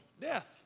death